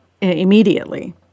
immediately